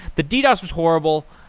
the ddos was horrible.